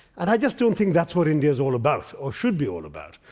and i just don't think that's what india's all about, or should be all about.